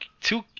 two